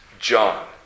John